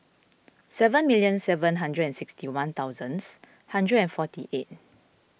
seven million seven hundred and sixty one thousands hundred and forty eight